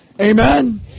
Amen